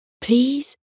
Please